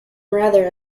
rather